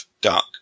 dark